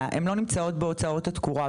הן לא נמצאות בהוצאות התקורה.